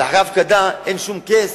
אבל אחרי ההפקדה, אין שום case